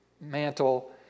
mantle